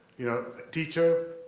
you know, teacher,